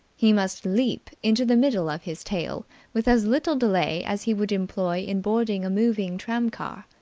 he must leap into the middle of his tale with as little delay as he would employ in boarding a moving tramcar.